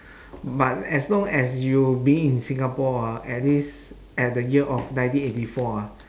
but as long as you being in singapore ah at least at the year of nineteen eighty four ah